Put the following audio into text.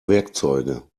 werkzeuge